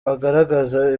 agaragaza